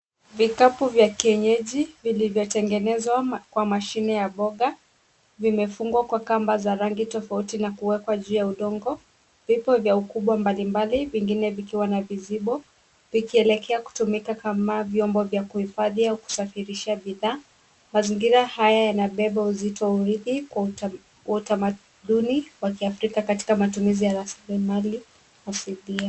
Vikapu vya kienyeji vilivyotengenezwa kwa mashine ya boga vimefungwa kwa kamba za rangi tofauti na kuwekwa juu ya udongo. Vipo vya ukubwa mbalimbali vingine vikiwa na vizibo vikielekea kutumika kama vyombo vya kuhifadhi au kusafirisha bidhaa. Mazingira haya yanabeba uzito waurithi wa utamaduni wa kiafrika katika matumizi ya rasilimali asilia.